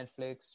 Netflix